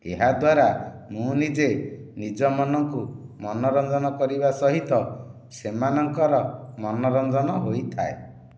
ଏହା ଦ୍ୱାରା ମୁଁ ନିଜେ ନିଜ ମନକୁ ମନୋରଞ୍ଜନ କରିବା ସହିତ ସେମାନଙ୍କର ମନୋରଞ୍ଜନ ହୋଇଥାଏ